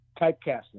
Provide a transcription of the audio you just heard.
Typecasting